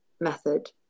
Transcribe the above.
method